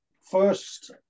first